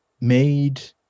made